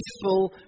faithful